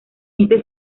este